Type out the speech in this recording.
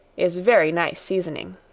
is very nice seasoning.